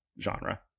genre